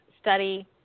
study